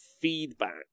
feedback